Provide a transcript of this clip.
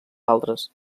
altres